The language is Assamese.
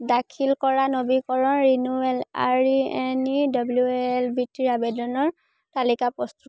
দাখিল কৰা নবীকৰণ বৃত্তিৰ আবেদনৰ তালিকা প্ৰস্তুত